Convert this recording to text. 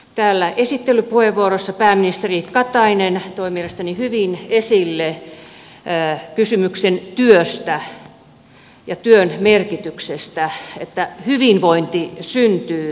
täällä esittelypuheenvuorossa pääministeri katainen toi mielestäni hyvin esille kysymyksen työstä ja työn merkityksestä että hyvinvointi syntyy työstä